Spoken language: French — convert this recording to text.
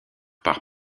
par